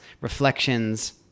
reflections